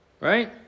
right